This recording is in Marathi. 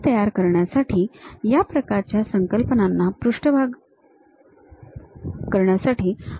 ते तयार करण्यासाठी कॉम्प्युटर पॅकेजेस उपलब्ध आहेत